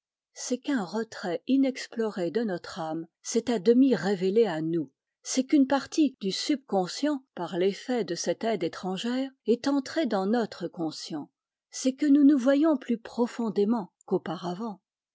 c'est qu'un retrait inexploré de notre âme s'est à demi révélé à nous c'est qu'une partie du subconscient par l'effet de cette aide étrangère est entrée dans notre conscient c'est que nous nous voyons plus profondément qu'auparavant